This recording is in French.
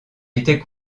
était